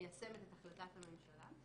ומיישמת את החלטת הממשלה.